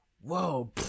whoa